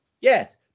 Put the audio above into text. Yes